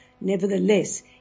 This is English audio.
Nevertheless